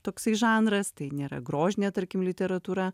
toksai žanras tai nėra grožinė tarkim literatūra